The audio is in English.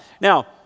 Now